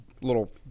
little